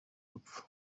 rupfu